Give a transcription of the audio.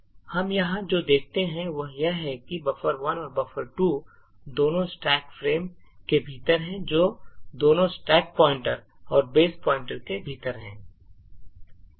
हम यहां जो देखते हैं वह यह है कि buffer1 और buffer2 दोनों स्टैक फ्रेम के भीतर हैं जो दोनों स्टैक पॉइंटर और बेस पॉइंटर के भीतर हैं